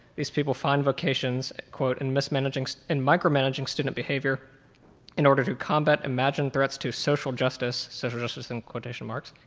these people find vocations, quote, and micromanaging so and micromanaging student behavior in order to combat imagined threats to social justice, social justice in quotation marks.